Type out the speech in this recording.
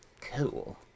cool